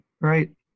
right